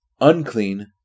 unclean